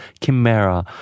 chimera